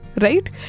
right